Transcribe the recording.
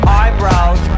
eyebrows